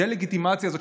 הדה-לגיטימציה הזאת,